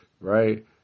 right